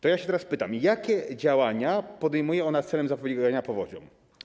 To ja teraz pytam: Jakie działania podejmuje ona celem zapobiegania powodziom?